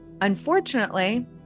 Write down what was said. Unfortunately